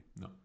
no